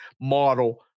model